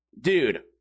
dude